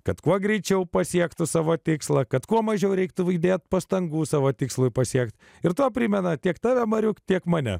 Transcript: kad kuo greičiau pasiektų savo tikslą kad kuo mažiau reiktų įdėti pastangų savo tikslui pasiekti ir tuo primena tiek tave mariuk tiek mane